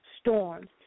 storms